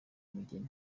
umugeri